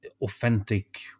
authentic